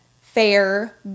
fair